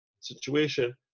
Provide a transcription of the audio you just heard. situation